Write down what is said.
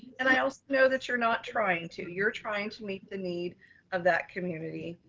and i also know that you're not trying to, you're trying to meet the need of that community.